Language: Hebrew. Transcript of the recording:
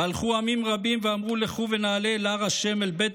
והלכו עמים רבים ואמרו לכו ונעלה אל הר ה' אל בית